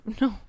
no